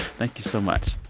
thank you so much